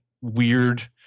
weird